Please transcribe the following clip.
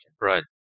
Right